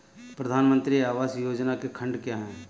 प्रधानमंत्री आवास योजना के खंड क्या हैं?